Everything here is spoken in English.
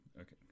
Okay